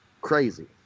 Crazy